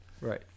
right